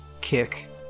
kick